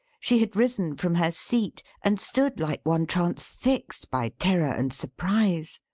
she had risen from her seat, and stood like one transfixed by terror and surprise.